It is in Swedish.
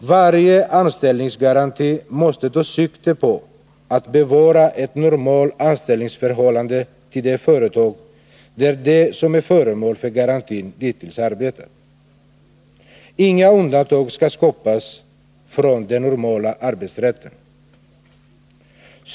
Varje anställningsgaranti måste ta sikte på att bevara ett normalt anställningsförhållande till det företag, där de som är föremål för garantin dittills arbetat. Inga undantag skall skapas från den normala arbetsrätten.